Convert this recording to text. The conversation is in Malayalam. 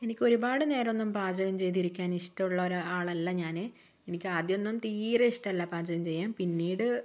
എനിക്കൊരുപാട് നേരമൊന്നും പാചകം ചെയ്തിരിക്കാൻ ഇഷ്ടമുള്ള ഒരു ആളല്ല ഞാൻ എനിക്കാദ്യമൊന്നും തീരെ ഇഷ്ടമല്ല പാചകം ചെയ്യാൻ പിന്നീട്